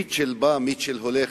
מיטשל בא, מיטשל הולך.